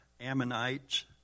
Ammonites